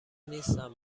نیستم